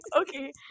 Okay